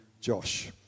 Josh